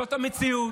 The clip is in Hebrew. זו המציאות.